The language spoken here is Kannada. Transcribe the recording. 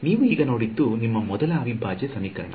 ನೀವು ಈಗ ನೋಡಿದ್ದು ನಿಮ್ಮ ಮೊದಲ ಅವಿಭಾಜ್ಯ ಸಮೀಕರಣ